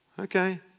Okay